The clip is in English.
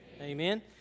Amen